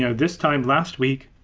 you know this time last week,